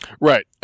Right